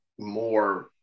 More